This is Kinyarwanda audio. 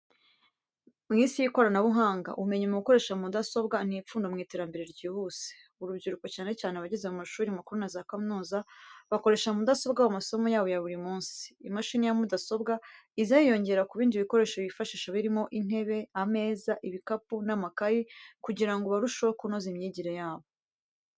Mu isi y'ikoranabuhanga, ubumenyi mu gukoresha mudasobwa ni ipfundo mu iterambere ryihuse. Urubyiruko, cyane cyane abageze mu mashuri makuru na za kaminuza, bakoresha mudasobwa mu masomo yabo ya buri munsi. Imashini ya mudasobwa iza yiyongera ku bindi bikoresho bifashisha birimo intebe, ameza, ibikapu n'amakayi kugira ngo barusheho kunoza imyigire yabo.